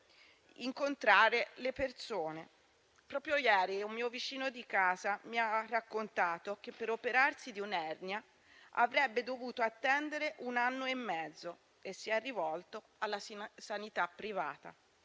Proprio ieri un mio vicino di casa mi ha raccontato che per operarsi di un'ernia avrebbe dovuto attendere un anno e mezzo e si è rivolto alla sanità privata;